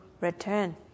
return